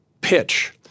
pitch